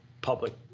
public